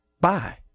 bye